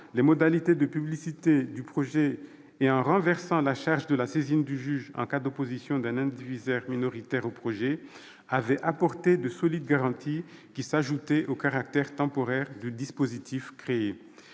les modalités de publicité du projet et en renversant la charge de la saisine du juge en cas d'opposition d'un indivisaire minoritaire au projet, avait apporté de solides garanties, qui s'ajoutaient au caractère temporaire du dispositif créé.